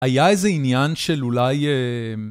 היה איזה עניין של אולי אממ...